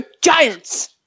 Giants